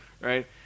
Right